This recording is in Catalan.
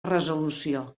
resolució